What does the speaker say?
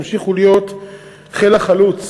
תמשיכו להיות חיל החלוץ